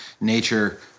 nature